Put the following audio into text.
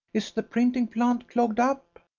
is the printing plant clogged up?